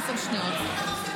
עשר שניות.